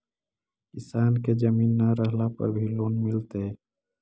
किसान के जमीन न रहला पर भी लोन मिलतइ?